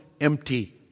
empty